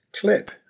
clip